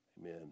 Amen